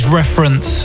reference